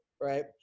right